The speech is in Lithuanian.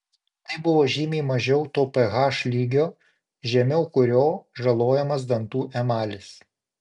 tai buvo žymiai mažiau to ph lygio žemiau kurio žalojamas dantų emalis